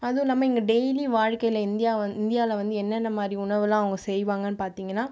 அதுவும் இல்லாமல் இங்கே டெய்லி வாழ்க்கையில் இந்தியாவை இந்தியாவில் வந்து என்னென்ன மாதிரி உணவெல்லாம் அவங்க செய்வாங்கன்னு பார்த்தீங்கன்னா